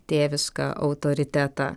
tėvišką autoritetą